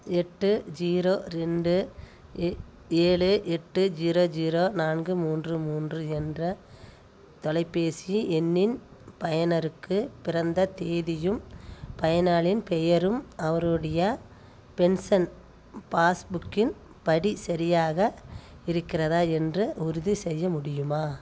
எட்டு ஜீரோ ரெண்டு எ ஏழு எட்டு ஜீரோ ஜீரோ நான்கு மூன்று மூன்று என்ற தொலைபேசி எண்ணின் பயனருக்கு பிறந்த தேதியும் பயனாளியின் பெயரும் அவருடைய பென்ஷன் பாஸ்புக்கின் படி சரியாக இருக்கிறதா என்று உறுதிசெய்ய முடியுமா